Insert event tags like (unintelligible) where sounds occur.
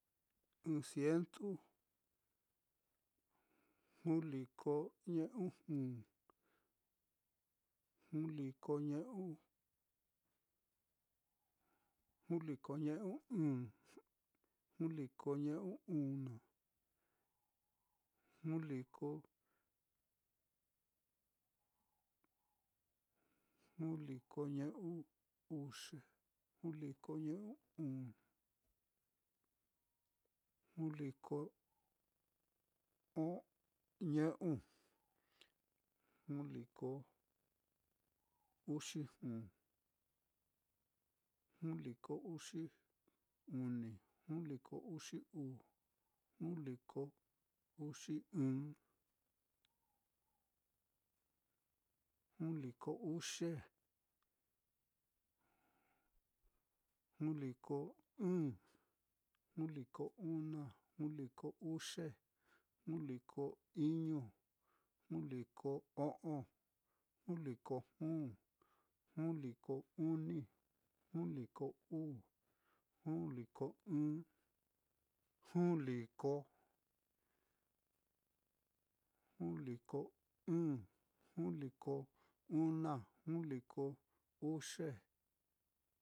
Ɨ́ɨ́n cientu, juu liko ñe'u juu, juu liko ñe'u (hesitation) juu liko ñe'u ɨ̄ɨ̱n, juu liko ñe'u una, juu liko ñe'u (hesitation) juu liko ñe'u uxe, juu liko ñe'u (unintelligible) juu liko o (hesitation) ñe'u, juu liko uxi juu, juu liko uxi uni, juu liko uu, juu liko ɨ́ɨ́n, juu liko uxi uxe, juu liko ɨ̄ɨ̱n, juu liko una, juu liko uxe, juu liko iñu, juu liko o'on, juu liko juu, juu liko uni, juu liko uu, juu liko ɨ́ɨ́n, juu liko, juu liko ɨ̄ɨ̱n, juu liko una, juu liko uxe.